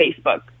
Facebook